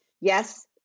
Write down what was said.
Yes